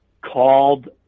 called